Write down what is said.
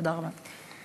תודה רבה.